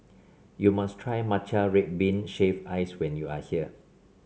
you must try Matcha Red Bean Shaved Ice when you are here